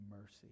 mercy